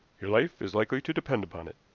your life is likely to depend upon it.